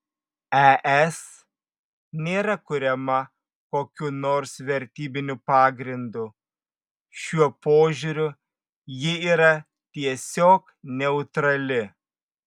es nėra kuriama kokiu nors vertybiniu pagrindu šiuo požiūriu ji yra tiesiog neutrali